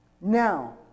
Now